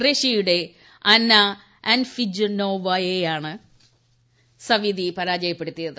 റഷ്യയുടെ അന്നാ അൻഫിനോജനോവവെയാണ് സവീതി പരാജയപ്പെടുത്തിയത്